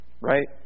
right